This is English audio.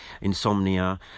insomnia